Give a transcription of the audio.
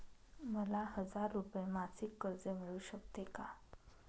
मला हजार रुपये मासिक कर्ज मिळू शकते का?